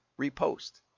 Repost